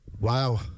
Wow